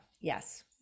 Yes